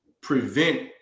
prevent